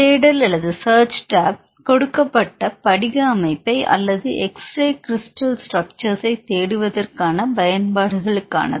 தேடல் search tab கொடுக்கப்பட்ட படிக அமைப்பை அல்லது x ray கிரிஸ்டல் ஸ்ட்ரக்ட்க்ஷர்ஐ தேடுவதற்கான பயன்பாடுகளுக்கானது